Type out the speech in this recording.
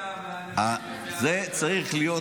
זה צריך להיות